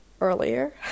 earlier